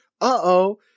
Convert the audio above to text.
uh-oh